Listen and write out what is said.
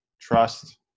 trust